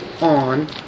on